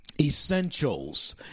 essentials